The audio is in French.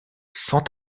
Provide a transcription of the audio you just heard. sans